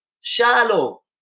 shallow